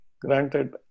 Granted